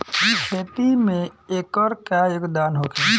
खेती में एकर का योगदान होखे?